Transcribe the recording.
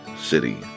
city